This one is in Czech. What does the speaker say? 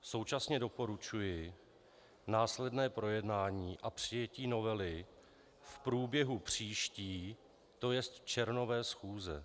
Současně doporučuji následné projednání a přijetí novely v průběhu příští, to jest červnové schůze.